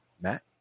Matt